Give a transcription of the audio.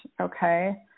okay